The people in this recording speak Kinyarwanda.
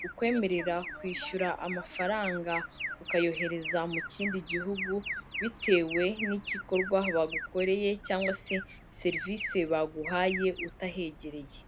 bukwemerera kwishyura amafaranga ukayohereza mu kindi gihugu, bitewe n'igikorwa bagukoreye cyangwa se serivisi baguhaye utahegereye.